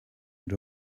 had